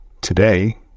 Today